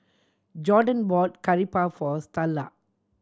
Gordon brought Curry Puff for Starla